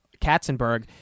Katzenberg